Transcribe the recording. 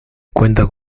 cuenta